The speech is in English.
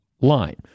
line